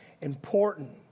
important